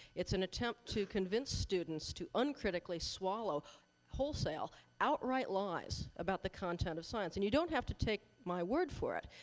it's an attempt to convince students to uncritically swallow wholesale outright lies about the content of science. and you don't have to take my word for it,